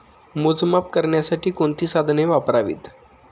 मोजमाप करण्यासाठी कोणती साधने वापरावीत?